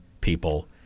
people